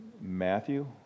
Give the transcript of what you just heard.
Matthew